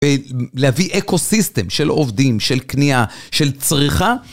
ולהביא אקו סיסטם של עובדים, של קנייה, של צריכה.